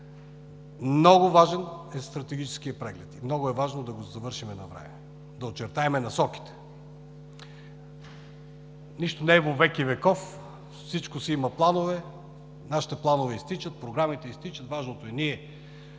Много важен е стратегическият преглед. Много е важно да го завършим навреме, да очертаем насоките. Нищо не е во веки веков. Всичко си има планове. Нашите планове изтичат, програмите изтичат. Важното е ние